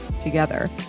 together